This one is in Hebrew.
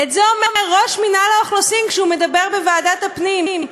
את זה אומר ראש מינהל האוכלוסין כשהוא מדבר בוועדת הפנים,